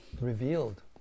revealed